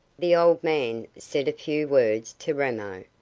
the old man said a few words to ramo,